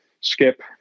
Skip